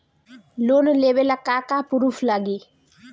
Loan लेबे ला का का पुरुफ लागि?